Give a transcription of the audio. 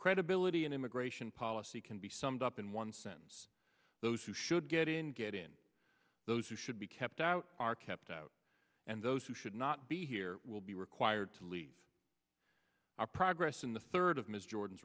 credibility in immigration policy can be summed up in one sentence those who should get in get in those who should be kept out are kept out and those who should not be here will be required to leave our progress in the third of ms jordan's